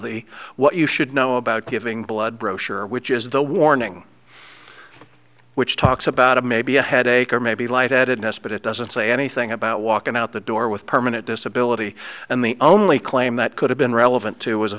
the what you should know about giving blood brochure which is the warning which talks about a maybe a headache or maybe light headedness but it doesn't say anything about walking out the door with permanent disability and the only claim that could have been relevant to was a